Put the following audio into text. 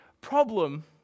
problem